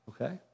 Okay